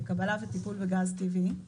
בקבלה וטיפול בגז טבעי,